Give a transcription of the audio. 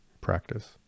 practice